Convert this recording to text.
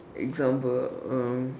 example um